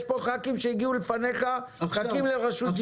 יש חברי כנסת שהגיעו לפניך ומחכים לרשות דיבור.